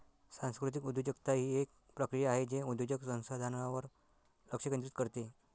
सांस्कृतिक उद्योजकता ही एक प्रक्रिया आहे जे उद्योजक संसाधनांवर लक्ष केंद्रित करते